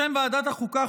בשם ועדת החוקה,